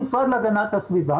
המשרד להגנת הסביבה,